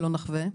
שלא נחווה.